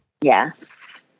Yes